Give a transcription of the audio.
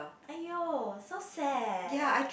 !aiyo! so sad